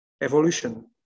Evolution